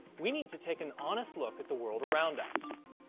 we need to take an honest look at the world around us.